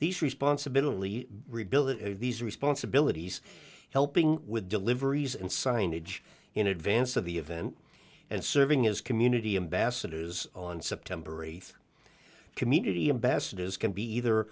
these responsibilities rehabilitative these responsibilities helping with deliveries and signage in advance of the event and serving as community ambassadors on september th community ambassadors can be either